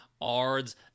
ARDS